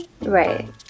right